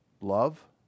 Love